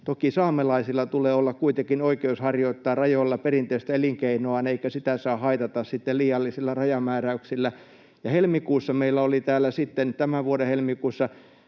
toki saamelaisilla tulee olla kuitenkin oikeus harjoittaa rajoilla perinteistä elinkeinoaan, eikä sitä saa haitata sitten liiallisilla rajamääräyksillä. Tämän vuoden helmikuussa meillä oli täällä sitten rajalain nimellä kulkeva